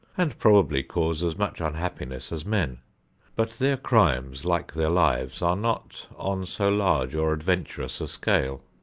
and probably cause as much unhappiness as men but their crimes, like their lives, are not on so large or adventurous a scale.